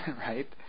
right